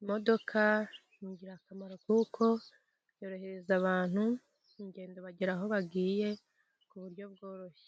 imodoka ni ingirakamaro kuko yorohereza abantu ingendo, bagera aho bagiye ku buryo bworoshye.